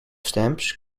stamps